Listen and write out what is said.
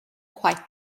quite